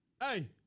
Hey